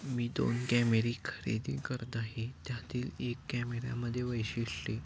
मी दोन कॅमेरे खरेदी करत आहे त्यातील एक कॅमेऱ्यामध्ये वैशिष्ट्य